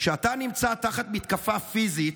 שאתה נמצא תחת מתקפה פיזית,